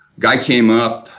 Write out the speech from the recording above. guy came up,